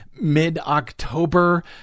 mid-October